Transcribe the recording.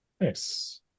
Nice